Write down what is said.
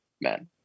men